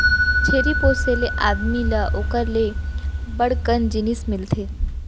छेरी पोसे ले आदमी ल ओकर ले बड़ कन जिनिस मिलथे